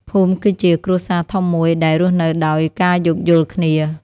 ភូមិគឺជាគ្រួសារធំមួយដែលរស់នៅដោយការយោគយល់គ្នា។